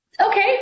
Okay